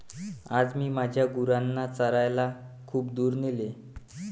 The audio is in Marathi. आज मी माझ्या गुरांना चरायला खूप दूर नेले